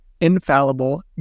infallible